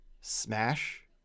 Smash